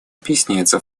объясняется